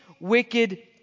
wicked